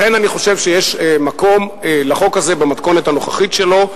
לכן אני חושב שיש מקום לחוק הזה במתכונת הנוכחית שלו.